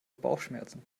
bauchschmerzen